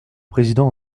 président